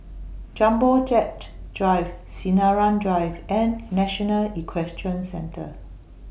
Jumbo Jet Drive Sinaran Drive and National Equestrian Centre